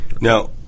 Now